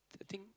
I think